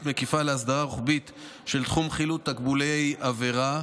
מקיפה להסדרה רוחבית של תחום חילוט תקבולי עבירה,